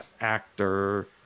.actor